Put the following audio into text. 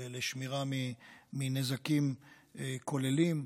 לשמירה מנזקים כוללים,